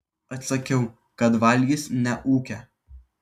atsakiau kad vagys neūkia